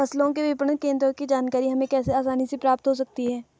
फसलों के विपणन केंद्रों की जानकारी हमें कैसे आसानी से प्राप्त हो सकती?